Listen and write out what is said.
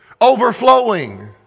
Overflowing